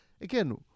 again